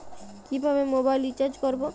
কিভাবে mobile recharge করব?